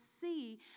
see